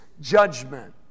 judgment